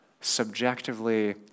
subjectively